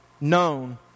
known